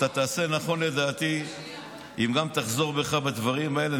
אתה תעשה נכון לדעתי אם גם תחזור בך מהדברים האלה,